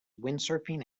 windsurfing